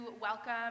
welcome